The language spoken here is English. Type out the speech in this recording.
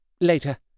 later